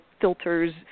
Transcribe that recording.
filters